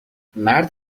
مرد